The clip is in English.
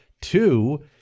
two